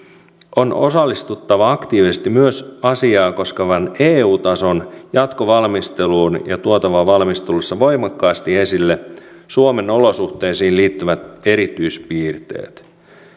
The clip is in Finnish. on osallistuttava aktiivisesti myös asiaa koskevaan eu tason jatkovalmisteluun ja tuotava valmistelussa voimakkaasti esille suomen olosuhteisiin liittyvät erityispiirteet